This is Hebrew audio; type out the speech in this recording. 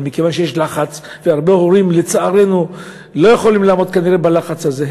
אבל מכיוון שיש לחץ והרבה הורים לצערנו לא יכולים לעמוד כנראה בלחץ הזה,